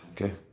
Okay